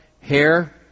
hair